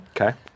Okay